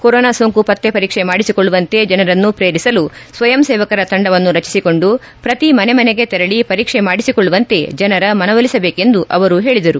corona ಸೋಂಕು ಪತ್ತೆ ಪರೀಕ್ಷೆ ಮಾಡಿಸಿಕೊಳ್ಳುವಂತೆ ಜನರನ್ನು ಪ್ರೇರಿಸಲು ಸ್ವಯಂ ಸೇವಕರ ತಂಡವನ್ನು ರಚಿಸಿಕೊಂದು ಪ್ರತಿ ಮನೆ ಮನೆಗೆ ತೆರಳಿ ಪರೀಕ್ಷೆ ಮಾಡಿಸಿಕೊಳ್ಳುವಂತೆ ಜನರ ಮನವೊಲಿಸಬೇಕೆಂದು ಅವರು ಹೇಳಿದರು